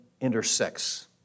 intersects